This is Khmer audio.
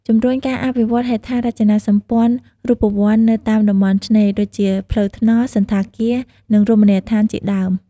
ជំរុញការអភិវឌ្ឍន៍ហេដ្ឋារចនាសម្ព័ន្ធរូបវន្តនៅតាមតំបន់ឆ្នេរ ដូចជាផ្លូវថ្នល់ សណ្ឋាគារ និងរមណីយដ្ឋានជាដើម។